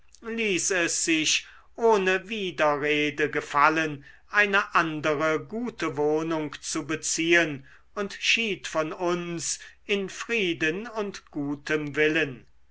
ließ es sich ohne widerrede gefallen eine andere gute wohnung zu beziehen und schied von uns in frieden und gutem willen